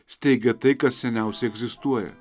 steigia tai kas seniausiai egzistuoja